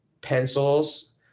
pencils